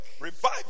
Revive